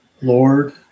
Lord